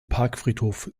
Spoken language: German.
parkfriedhof